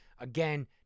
Again